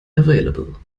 available